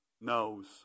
knows